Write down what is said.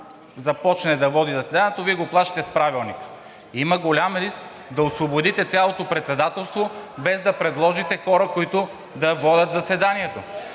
започне да води заседанието, Вие го плашите с Правилника. Има голям риск да освободите цялото председателство, без да предложите хора, които да водят заседанието.